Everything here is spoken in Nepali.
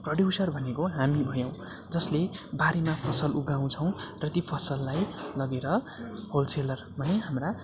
प्रड्युसर भनेको हामी भयौँ जसले बारीमा फसल उगाउछौँ र ती फसललाई लगेर होलसेलर भने हाम्रा